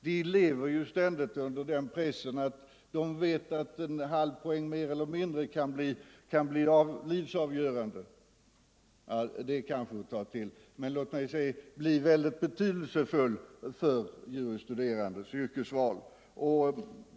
De lever ständigt under den pressen att en halv poäng mer eller mindre kan bli livsavgörande — det sista var kanske att ta till, men låt mig säga att det blir väldigt betydelsefullt för de juris studerandes yrkesval.